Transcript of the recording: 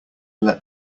let